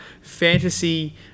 fantasy